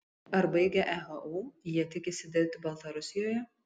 ar baigę ehu jie tikisi dirbti baltarusijoje